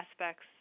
aspects